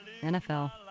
NFL